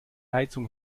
heizung